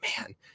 man